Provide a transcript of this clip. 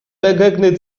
begegnet